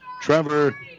Trevor